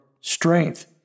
strength